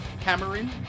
Cameron